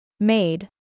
Made